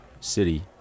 city